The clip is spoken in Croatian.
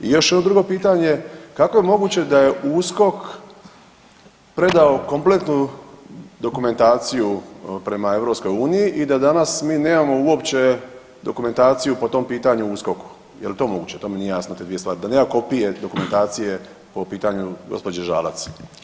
I još ovo drugo pitanje, kako je moguće da je USKOK predao kompletnu dokumentaciju prema EU i da danas mi nemamo uopće dokumentaciju po tom pitanju u USKOK-u jel to moguće, to mi nije jasno te dvije stvari da nema kopije dokumentacije o pitanju gospođe Žalac?